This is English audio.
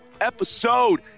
episode